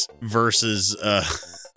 versus